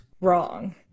wrong